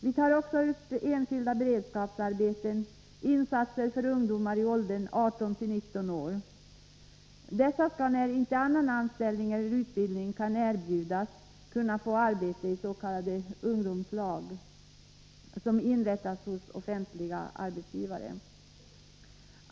Vi tar också upp enskilda beredskapsarbeten och insatser för ungdomar i åldern 18-19 år. Dessa skall, när inte annan anställning eller utbildning kan erbjudas, kunna få arbete is.k. ungdomslag, som inrättas hos offentliga arbetsgivare.